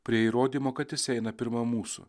prie įrodymo kad jis eina pirma mūsų